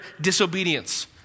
disobedience